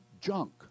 junk